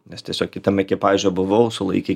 nes tiesiog kitam ekipaže buvau sulaikė